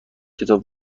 کتاب